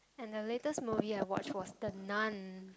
and the latest movie I watch was the Nun